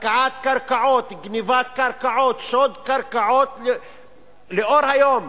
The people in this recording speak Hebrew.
הפקעת קרקעות, גנבת קרקעות, שוד קרקעות לאור היום.